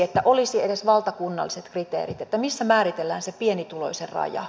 että olisi edes valtakunnalliset kriteerit missä määritellään se pienituloisen raja